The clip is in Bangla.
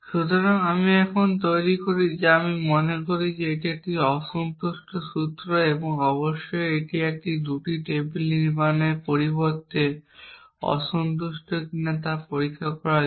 সুতরাং আমি এখন তৈরি করি যা আমি মনে করি একটি অসন্তুষ্ট সূত্র এবং অবশ্যই এটি একটি 2 টেবিল নির্মাণের পরিবর্তে অসন্তুষ্ট কিনা তা পরীক্ষা করার জন্য